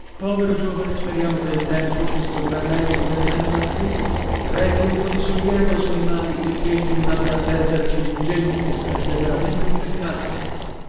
povero giovane speriamo che il tempo questo gran medico delle anime afflitte rechi un po di sollievo ai suoi mali e ch'egli non abbia a perderci l'ingegno che sarebbe veramente peccato